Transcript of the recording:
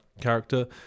character